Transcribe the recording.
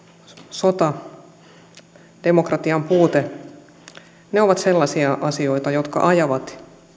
sota ja demokratian puute ovat sellaisia asioita jotka ajavat